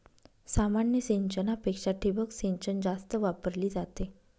सामान्य सिंचनापेक्षा ठिबक सिंचन जास्त वापरली जाते